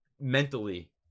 mentally